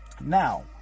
Now